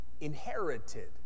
inherited